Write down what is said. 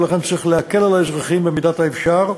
ולכן צריך להקל על האזרחים במידת האפשר,